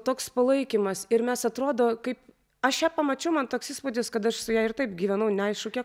toks palaikymas ir mes atrodo kaip aš ją pamačiau man toks įspūdis kad aš su ja ir taip gyvenau neaišku kiek